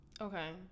Okay